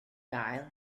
gael